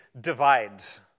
divides